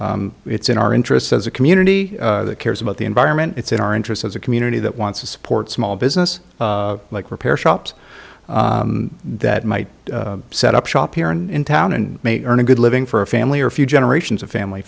is it's in our interest as a community that cares about the environment it's in our interest as a community that wants to support small business like repair shops that might set up shop here in town and may earn a good living for a family or a few generations of family